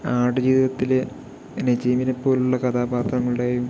ആട് ജീവിതത്തില് നജീബിനെപ്പോലുള്ള കഥാപാത്രങ്ങളുടെയും